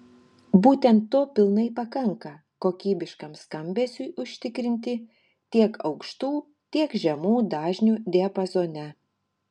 būtent to pilnai pakanka kokybiškam skambesiui užtikrinti tiek aukštų tiek žemų dažnių diapazone